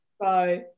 Bye